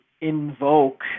invoke